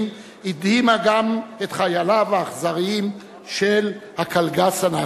הדהימו גם את חייליו האכזרים של הקלגס הנאצי.